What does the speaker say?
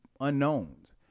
unknowns